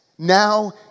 Now